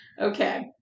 Okay